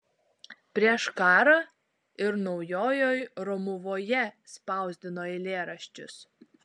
prieš karą ir naujojoj romuvoje spausdino eilėraščius